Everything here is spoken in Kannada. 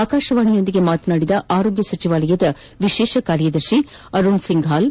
ಆಕಾಶವಾಣಿಯೊಂದಿಗೆ ಮಾತನಾದಿದ ಆರೋಗ್ಯ ಸಚಿವಾಲಯದ ವಿಶೇಷ ಕಾರ್ಯದರ್ಶಿ ಅರುಣ್ ಸಿಂಫಾಲ್